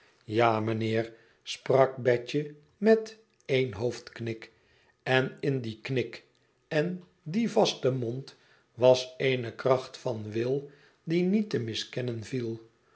ja mijnheer sprak betje met één hoofdknik en in dien knik en dien vasten mond was eene kracht van wil die niet te miskennen viel